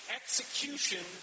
execution